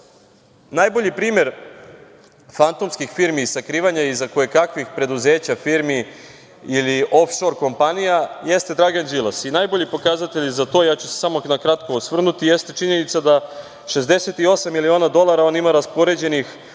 najbolji primer, fantomskih firmi, sakrivanja iza kojekakvih preduzeća firmi ili ofšor kompanija jeste Dragan Đilas. Najbolji pokazatelj za to, ja ću se samo na kratko osvrnuti, jeste činjenica da 68 milion dolara on ima raspoređenih